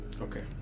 Okay